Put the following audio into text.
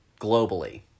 globally